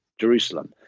Jerusalem